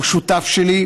הוא שותף שלי.